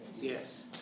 Yes